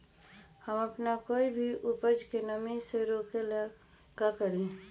हम अपना कोई भी उपज के नमी से रोके के ले का करी?